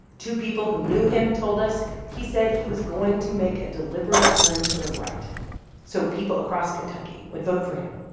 two people who knew him told us he said he was going to make a deliberate turn to the right so people across kentucky would vote for him.